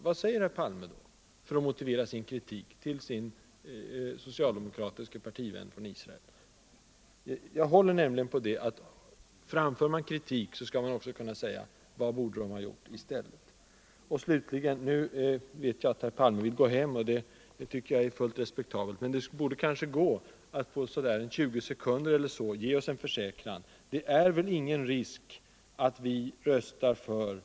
Vad säger herr Palme då till sin socialdemokratiske partivän från Israel, för att motivera sin kritik? Jag håller nämligen på, att om man framför kritik - Nr 127 så skall man också kunna ange vad som borde ha gjorts i stället. Fredagen den Jag vet att herr Palme vill gå hem nu, och det tycker jag är fullt 22 november 1974 begripligt. Men han kanske ändå på 20 sekunder eller så kan ge oss en försäkran om, att det inte är någon risk för att Sverige röstar för Ang.